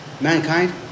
mankind